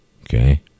okay